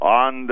on